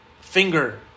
finger